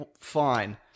fine